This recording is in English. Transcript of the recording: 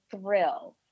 thrill